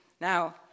Now